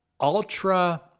ultra